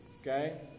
okay